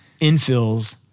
infills